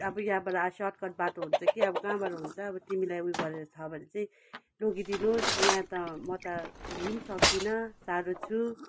अब यहाँबाट shortcut बाटो हुन्छ कि अब कहाँबाट हुन्छ अब तिमीलाई उयो गरेर छ भने चाहँ लगिदिनु होस् यहाँ त म त हिँड्नु सक्दिनँ साह्रो छु